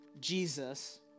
jesus